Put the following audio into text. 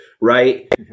right